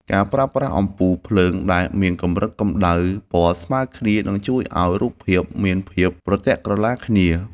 ការប្រើប្រាស់អំពូលភ្លើងដែលមានកម្រិតកម្តៅពណ៌ស្មើគ្នានឹងជួយឱ្យរូបភាពមានភាពប្រទាក់ក្រឡាគ្នា។